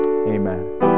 Amen